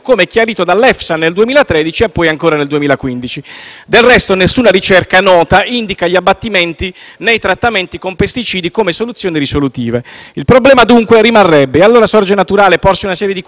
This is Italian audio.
Del resto, nessuna ricerca nota indica gli abbattimenti, né i trattamenti con pesticidi come soluzioni risolutive. Il problema, dunque, rimarrebbe. E, allora, sorge naturale porsi una serie di quesiti. Che senso ha tagliare gli olivi? Perché distruggere l'ambiente pugliese?